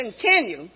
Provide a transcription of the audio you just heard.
continue